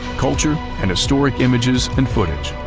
culture and historic images and footage.